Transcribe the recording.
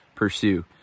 Pursue